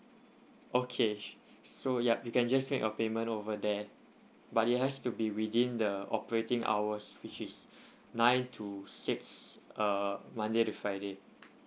okay sure so yup you can just make a payment over there but it has to be within the operating hours which is nine to six uh monday to friday